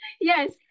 Yes